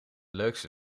leukste